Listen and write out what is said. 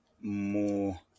more